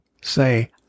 say